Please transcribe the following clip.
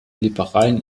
liberalen